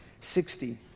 sixty